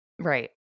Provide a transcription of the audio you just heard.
Right